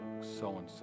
so-and-so